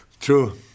True